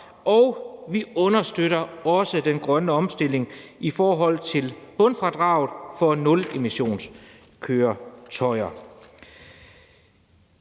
og vi understøtter også den grønne omstilling i forhold til bundfradraget for nulemissionskøretøjer.